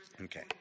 Okay